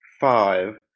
five